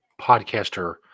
podcaster